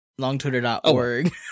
longtwitter.org